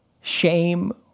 shame